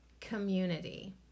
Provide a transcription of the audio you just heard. community